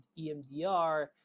EMDR